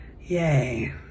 yay